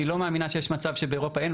אני לא מאמינה שיש מצב שבאירופה אין,